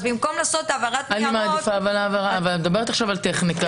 אז במקום לעשות העברת ניירות --- את מדברת עכשיו על טכניקה,